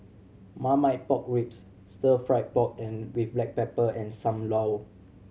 Marmite Pork Ribs stir fried pork and with black pepper and Sam Lau